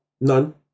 None